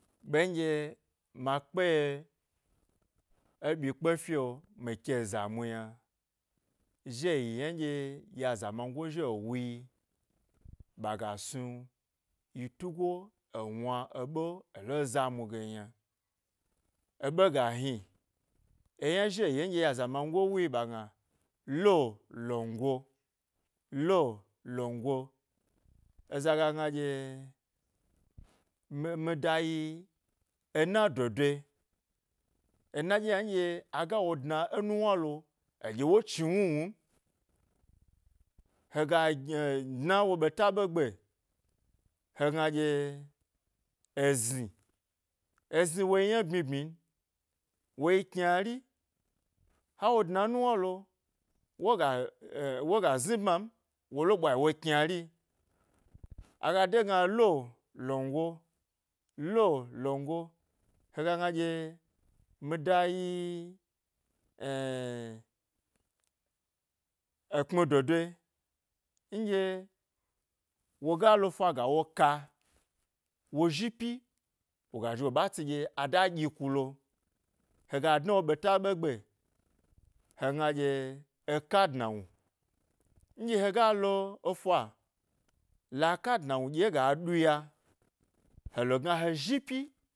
Ɓe nɗye ma kpeye eɓyikpe fyo mi ke zamun yna zhi e yi nɗye ya zaman goe zhi wo wuyi ɓaga snu yi tugo e wna eɓe ele zanu gen yna eɓe ga hni. Eyna zhi e yi'o nɗye ya azamangoe wuyi ɓa gna lo, longo lo, longo eza ga gna ɗye mi mida yi ena dodoe ena ɗye yna wo nɗye aga wo dna ė nuwna lo, eɗye wo chni wnuwunun hega gni'o dna wo ɓeta ɓe gbe hegna ɗye ezni, ezani woyi yna bmyi bmyi n woyi kpmari ha wo dna nuwna lo woga e woga zni bman wole ɓwa yi wo kynari aga degna lo, longo lo, longo hega gna ɗye mida yi ekpmi dodoe nɗye woga lofa gawo ka wo zhi pyi woga zhi wo ɓa tsi ɗye a ɗyi kulo hega dna wo ɓeta ɓe gbe. hegna ɗye eka dnawnu nɗye he galo fa la ka dnawnu dye ga duya helo gna he zhi pyi.